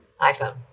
iPhone